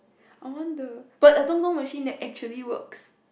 I want the but a machine that actually works